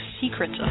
secrets